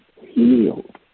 healed